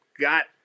Got